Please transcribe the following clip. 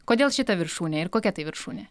kodėl šita viršūnė ir kokia tai viršūnė